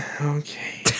Okay